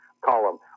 column